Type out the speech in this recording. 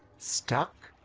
stuck?